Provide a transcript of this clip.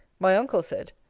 my uncle said,